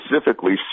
specifically